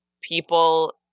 people